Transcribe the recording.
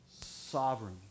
sovereign